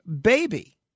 baby